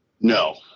No